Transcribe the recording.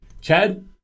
Chad